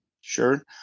Sure